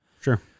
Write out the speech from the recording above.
Sure